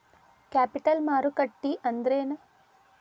Capital ಮಾರುಕಟ್ಟಿ ಅಂದ್ರೇನ?